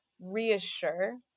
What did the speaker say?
reassure